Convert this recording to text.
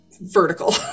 vertical